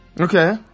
Okay